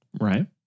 right